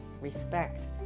respect